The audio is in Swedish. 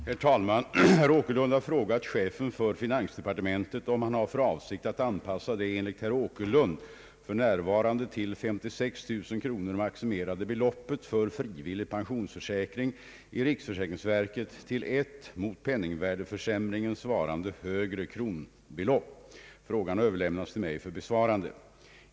Herr talman! Herr Åkerlund har frågat chefen för finansdepartementet om han har för avsikt att anpassa det enligt herr Åkerlund för närvarande till 56 000 kronor maximerade beloppet för frivillig pensionsförsäkring i riksförsäkringsverket till ett mot penningvärdeförsämringen svarande högre kronbelopp. Frågan har överlämnats till mig för besvarande.